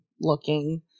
looking